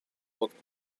looked